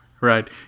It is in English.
Right